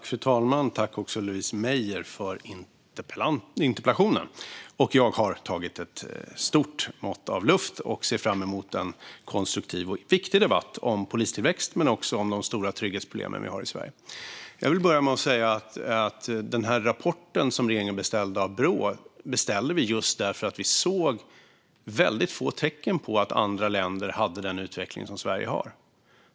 Fru talman! Tack, Louise Meijer, för interpellationen! Jag har tagit ett stort mått av luft och ser fram emot en konstruktiv och viktig debatt om polistillväxt men också om de stora trygghetsproblem vi har i Sverige. Jag vill börja med att säga att den rapport som regeringen beställde av Brå beställde vi just därför att vi såg väldigt få tecken på att andra länder hade den utveckling som Sverige har.